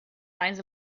signs